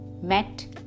Met